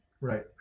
Right